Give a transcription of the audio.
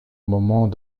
moment